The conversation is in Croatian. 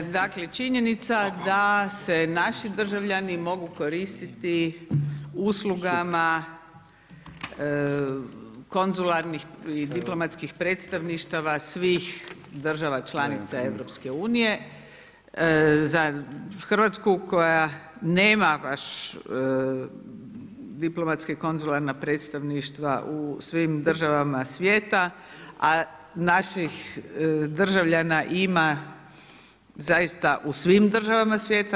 Dakle, činjenica da se naši državljani mogu koristiti uslugama konzularnih i diplomatskih predstavništava svih država članica EU za Hrvatsku koja nema baš diplomatska i konzularna predstavništva u svim državama svijeta, a naših državljana ima zaista u svim državama svijeta.